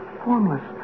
formless